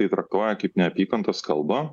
tai traktuoja kaip neapykantos kalbą